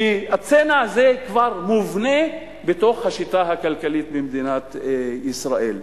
כי הצנע כבר מובנה בתוך השיטה הכלכלית במדינת ישראל.